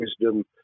wisdom